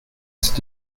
c’est